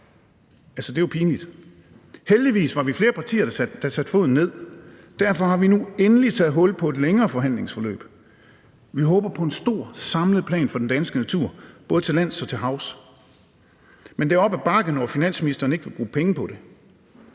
Det er jo pinligt. Heldigvis var vi flere partier, der satte foden ned. Derfor har vi nu endelig taget hul på et længere forhandlingsforløb. Vi håber på en stor, samlet plan for den danske natur både til lands og til havs, men det er op ad bakke, når finansministeren ikke vil bruge penge på det,